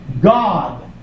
God